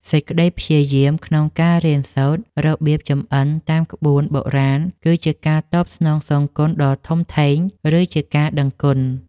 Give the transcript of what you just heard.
សេចក្តីព្យាយាមក្នុងការរៀនសូត្ររបៀបចម្អិនតាមក្បួនបុរាណ គឺជាការតបស្នងសងគុណដ៏ធំធេង ឬជាការដឹងគុណ។